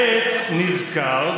יש צו איסור